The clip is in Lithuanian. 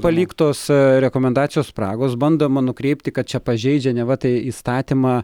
paliktos rekomendacijos spragos bandoma nukreipti kad čia pažeidžia neva tai įstatymą